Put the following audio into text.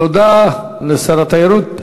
תודה לשר התיירות.